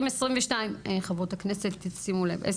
חברות הכנסת שימו לב,